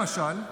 למשל,